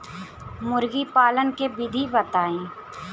मुर्गी पालन के विधि बताई?